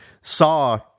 saw